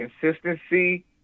consistency